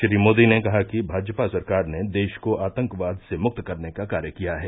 श्री मोदी ने कहा कि भाजपा सरकार ने देश को आतंकवाद से मुक्त करने का कार्य किया है